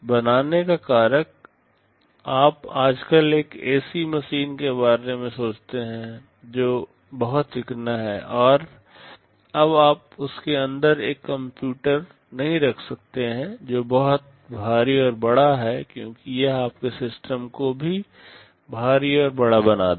बनाने का कारक आप आजकल एक एसी मशीन के बारे में सोचते हैं जो बहुत चिकना है अब आप उसके अंदर एक कंप्यूटर नहीं रख सकते हैं जो बहुत भारी और बड़ा है क्योंकि यह आपके सिस्टम को भी भारी और बड़ा बना देगा